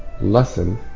lesson